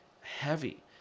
heavy